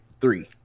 three